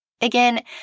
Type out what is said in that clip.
Again